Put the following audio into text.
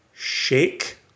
Shake